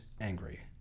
angry